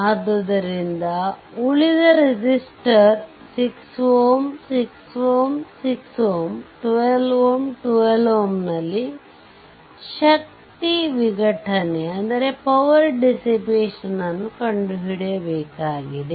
ಆದ್ದರಿಂದ ಉಳಿದ 5 ರೆಸಿಸ್ಟರ್ 6 Ω 6 Ω 6 Ω 12 Ω 12Ω ನಲ್ಲಿ ಶಕ್ತಿ ವಿಘಟನೆಯನ್ನು ಕಂಡು ಹಿಡಿಯಬೇಕಾಗಿದೆ